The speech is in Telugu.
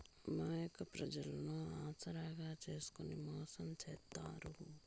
అమాయక ప్రజలను ఆసరాగా చేసుకుని మోసం చేత్తారు